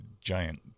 giant